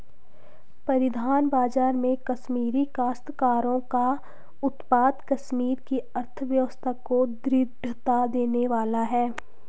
परिधान बाजार में कश्मीरी काश्तकारों का उत्पाद कश्मीर की अर्थव्यवस्था को दृढ़ता देने वाला है